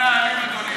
ככה לא מנהלים דיונים.